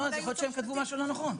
לא, יכול להיות שהם כתבו משהו לא נכון.